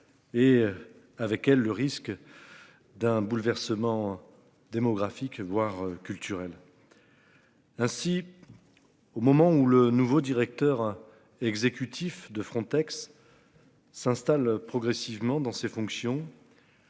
Et avec elle le risque. D'un bouleversement. Démographique, voire culturel. Ainsi. Au moment où le nouveau directeur exécutif de Frontex. S'installe progressivement dans ses fonctions.